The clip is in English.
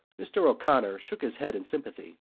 mr. o'connor shook his head in sympathy,